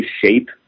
shape